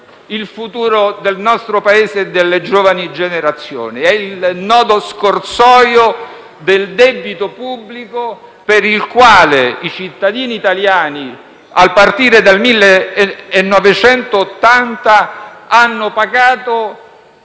il futuro del nostro Paese e delle giovani generazioni. È il nodo scorsoio del debito pubblico. I cittadini italiani, a partire dal 1980, hanno pagato